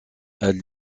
elle